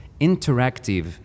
interactive